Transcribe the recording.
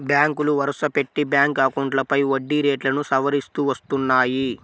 బ్యాంకులు వరుసపెట్టి బ్యాంక్ అకౌంట్లపై వడ్డీ రేట్లను సవరిస్తూ వస్తున్నాయి